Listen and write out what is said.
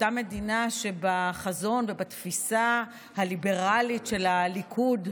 אותה מדינה שבחזון ובתפיסה הליברלית של הליכוד,